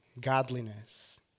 godliness